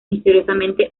misteriosamente